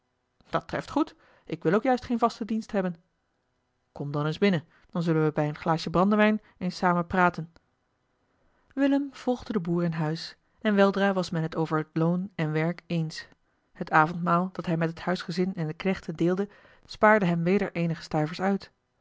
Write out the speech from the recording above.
dat treft goed ik wil ook juist geen vasten dienst hebben kom dan eens binnen dan zullen we bij een glaasje brandewijn eens samen praten willem volgde den boer in huis en weldra was men het over het loon en werk eens het avondmaal dat hij met het huisgezin en de knechten deelde spaarde hem weder eenige stuivers uit